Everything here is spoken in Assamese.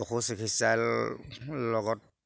পশু চিকিৎসা লগত